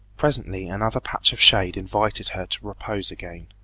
presently another patch of shade invited her to repose again,